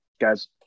guys